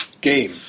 game